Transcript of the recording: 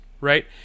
right